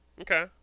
okay